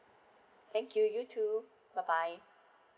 thank you you too bye bye